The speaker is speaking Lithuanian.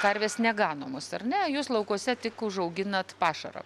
karvės neganomos ar ne jūs laukuose tik užauginat pašarą